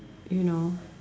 you know